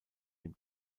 dem